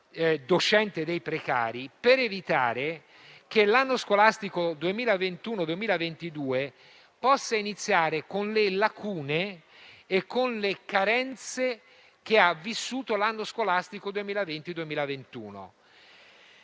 docenti precari - per evitare che l'anno scolastico 2021-2022 possa iniziare con le lacune e con le carenze che ha vissuto l'anno scolastico 2020-2021.